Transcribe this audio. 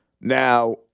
Now